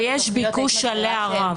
ויש עליה ביקוש רב.